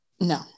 No